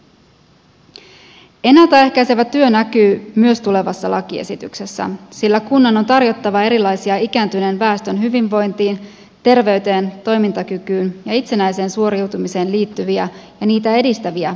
myös ennalta ehkäisevä työ näkyy tulevassa lakiesityksessä sillä kunnan on tarjottava erilaisia ikääntyneen väestön hyvinvointiin terveyteen toimintakykyyn ja itsenäiseen suoriutumiseen liittyviä ja niitä edistäviä neuvontapalveluja